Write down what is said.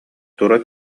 тура